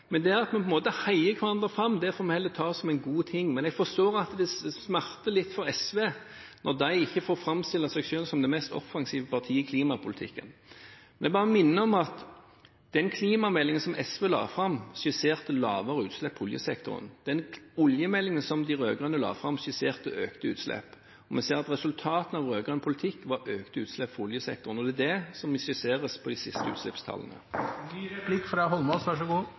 At vi på en måte heier hverandre fram, får vi heller ta som en god ting. Men jeg forstår at det smerter litt for SV når de ikke får framstille seg selv som det mest offensive partiet i klimapolitikken. Jeg minner om at klimameldingen SV la fram, skisserte lavere utslipp i oljesektoren. Oljemeldingen de rød-grønne la fram, skisserte økte utslipp. Vi ser at resultatene av rød-grønn politikk var økte utslipp fra oljesektoren. Det er det som skisseres av de siste utslippstallene.